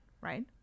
Right